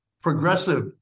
progressive